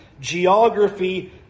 geography